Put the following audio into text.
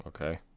okay